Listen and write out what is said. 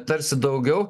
tarsi daugiau